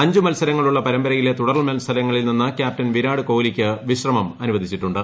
അഞ്ചു മത്സരങ്ങളുള്ള പരമ്പരയിലെ തുടർ മത്സരങ്ങളിൽ നിന്ന് ക്യാപ്റ്റൻ വിരാട് കോഹ്ലിക്ക് വിശ്രമം അനുവദിച്ചിട്ടുണ്ട്